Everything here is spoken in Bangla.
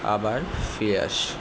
আবার ফিরে আসি